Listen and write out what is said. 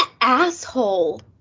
asshole